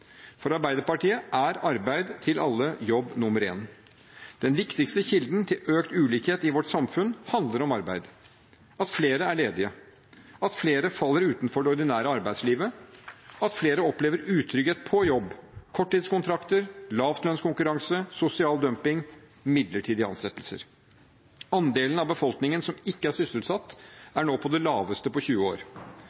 For Arbeiderpartiet er arbeid til alle jobb nummer én. Den viktigste kilden til økt ulikhet i vårt samfunn handler om arbeid: Flere er ledige, flere faller utenfor det ordinære arbeidslivet, flere opplever utrygghet på jobb – korttidskontrakter, lavlønnskonkurranse, sosial dumping og midlertidige ansettelser. Andelen av befolkningen som ikke er sysselsatt,